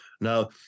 Now